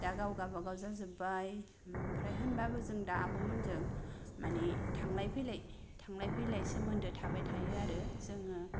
दा गाव गाबागाव जाजोबबाय ओमफ्राय होनबाबो जों दा आब' मोनजों मानि थांलाय फैलाय सोमोनदो थाबाय थायो आरो जोंङो